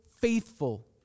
faithful